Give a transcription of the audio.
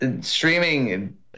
Streaming